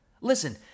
Listen